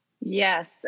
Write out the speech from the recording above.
Yes